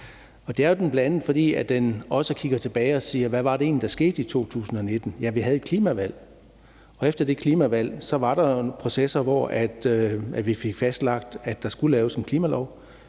Det er den bl.a., fordi den også kigger tilbage og siger: Hvad var det egentlig, der skete i 2019? Ja, vi havde et klimavalg, og efter det klimavalg var der processer, hvor vi fik fastlagt, at der skulle laves en klimalov,